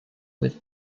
with